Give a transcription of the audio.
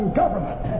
government